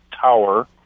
Tower